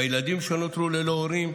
בילדים שנותרו ללא הורים,